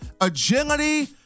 agility